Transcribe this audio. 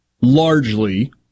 largely